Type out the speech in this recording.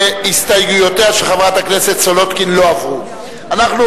ההסתייגויות של חברת הכנסת מרינה סולודקין לסעיף 36,